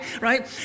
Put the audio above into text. right